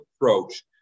approach